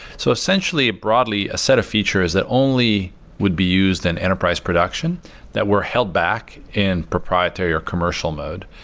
so, essentially, broadly, a set a features that only would be used in enterprise production that were held back in proprietary or commercial mode.